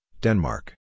Denmark